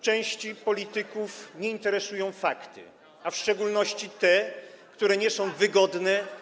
Części polityków nie interesują fakty, a w szczególności te, które nie są wygodne.